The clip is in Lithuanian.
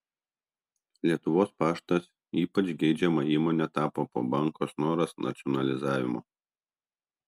lietuvos paštas ypač geidžiama įmone tapo po banko snoras nacionalizavimo